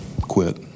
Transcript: quit